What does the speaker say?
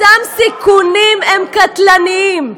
אותם סיכונים הם קטלניים.